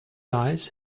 eyes